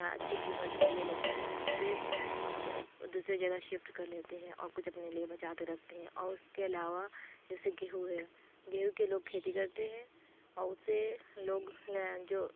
اچھی قیمت میں لے لیتے ہے فر دوسری جگہ شفٹ کر لیتے ہے اور کچھ اپنے لئے بچا کے رکھتے ہیں اور اس کے علاوہ جیسے گیہوں ہے گیہوں کے لوگ کھیتی کرتے ہے اور اس سے لوگ لے جو